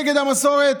נגד המסורת?